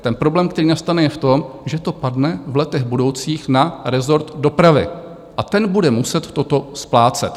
Ten problém, který nastane, je v tom, že to padne v letech budoucích na rezort dopravy, a ten bude muset toto splácet.